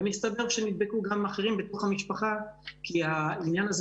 ומסתבר שנדבקו גם אחרים בתוך המשפחה כי העניין הזה